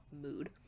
mood